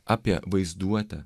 apie vaizduotę